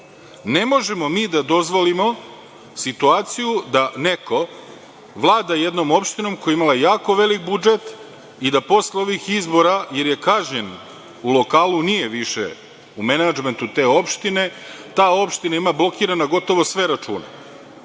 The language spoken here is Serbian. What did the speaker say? možemo mi da dozvolimo situaciju da neko vlada jednom opštinom koja je imala jako veliki budžet i da posle ovih izbora, jer je kažnjen u lokalu, nije više u menadžmentu te opštine, ta opština ima blokirane gotovo sve račune,